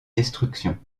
destructions